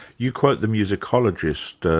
you quote the musicologist, ah